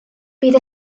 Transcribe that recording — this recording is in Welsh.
bydd